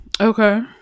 okay